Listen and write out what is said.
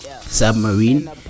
submarine